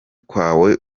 kwawe